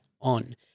on